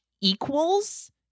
equals